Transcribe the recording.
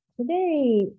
today